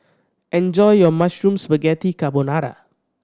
enjoy your Mushroom Spaghetti Carbonara